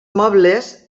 mobles